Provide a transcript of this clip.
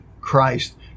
Christ